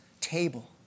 table